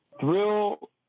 Thrill